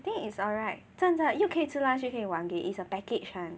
I think is alright 真的有可以吃 lunch 又可以玩 game it's a package [one]